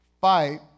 fight